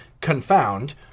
confound